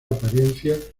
apariencia